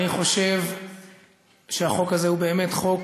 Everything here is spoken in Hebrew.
אני חושב שהחוק הזה הוא באמת חוק